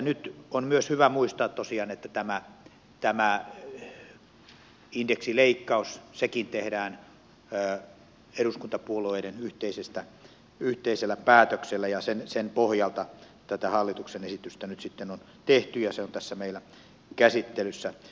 nyt on myös hyvä muistaa tosiaan että tämä indeksileikkauskin tehdään eduskuntapuolueiden yhteisellä päätöksellä ja sen pohjalta tätä hallituksen esitystä nyt sitten on tehty ja se on tässä meillä käsittelyssä